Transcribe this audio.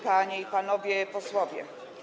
Panie i Panowie Posłowie!